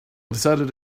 decided